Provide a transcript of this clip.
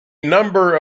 number